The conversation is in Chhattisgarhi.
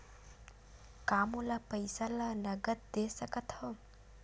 का मोला पईसा ला नगद दे सकत हव?